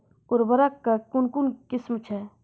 उर्वरक कऽ कून कून किस्म छै?